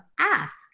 Ask